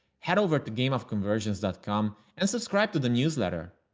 head over to game of conversions dot com and subscribe to the newsletter.